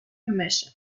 commission